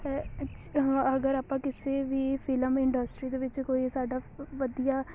ਅਗਰ ਆਪਾਂ ਕਿਸੇ ਵੀ ਫ਼ਿਲਮ ਇੰਡਸਟਰੀ ਦੇ ਵਿੱਚ ਕੋਈ ਸਾਡਾ ਵਧੀਆ